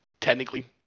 technically